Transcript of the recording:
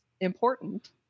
important